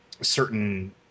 certain